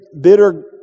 bitter